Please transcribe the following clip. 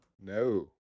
No